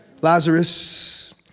Lazarus